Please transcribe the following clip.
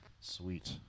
Sweet